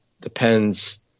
depends